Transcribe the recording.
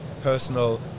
personal